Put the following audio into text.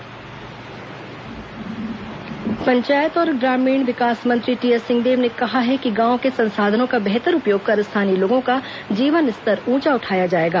सिंहदेव कार्यशाला पंचायत और ग्रामीण विकास मंत्री टीएस सिंहदेव ने कहा है कि गांवों के संसाधनों का बेहतर उपयोग कर स्थानीय लोगों का जीवन स्तर ऊंचा उठाया जाएगा